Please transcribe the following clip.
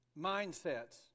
mindsets